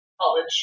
college